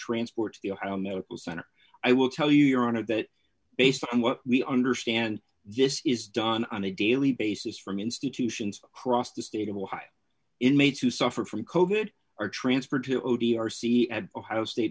transport the ohio medical center i will tell you your honor that based on what we understand this is done on a daily basis from institutions across the state of ohio inmates who suffer from coded or transferred to o d arcee at ohio state